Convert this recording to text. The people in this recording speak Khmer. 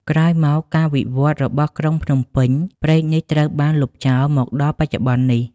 ក្រោយមកការវិវត្តន៍របស់ក្រុងភ្នំពេញ ព្រែកនេះត្រូវបានលុបចោលមកដល់បច្ចុប្បន្ននេះ ។